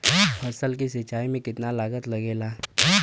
फसल की सिंचाई में कितना लागत लागेला?